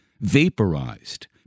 Vaporized